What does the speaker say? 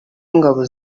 ingabo